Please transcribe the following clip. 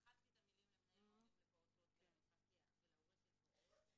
אני מזועזעת.